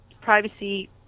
privacy